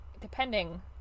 depending